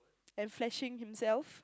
and flashing himself